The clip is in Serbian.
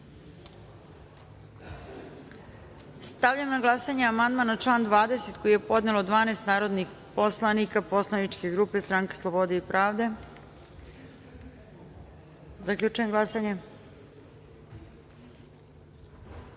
na glasanje amandman na član 38. koji je podnelo 12 narodnih poslanika poslaničke grupe Stranka slobode i pravde. Zaključujem glasanje: